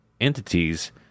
entities